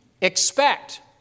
expect